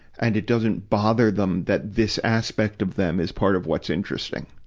and it doesn't bother them that this aspect of them is part of what's interesting,